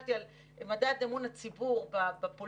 הסתכלתי על מדד אמון הציבור בפוליטיקה,